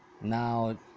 now